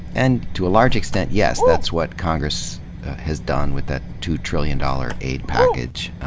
and to a large extent, yes, that's what congress has done with that two trillion dollar aid package.